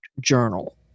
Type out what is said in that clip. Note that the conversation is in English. Journal